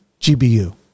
GBU